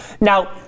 Now